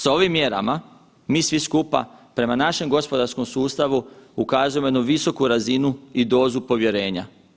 S ovim mjerama mi svi skupa prema našem gospodarskom sustavu ukazujemo jednu visoku razinu i dozu povjerenja.